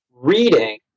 Reading